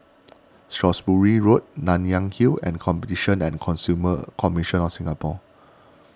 Shrewsbury Road Nanyang Hill and Competition and Consumer Commission of Singapore